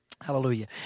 Hallelujah